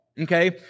okay